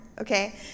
okay